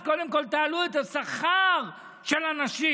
אז קודם כול תעלו את השכר של הנשים.